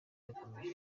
bagamije